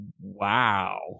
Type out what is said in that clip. Wow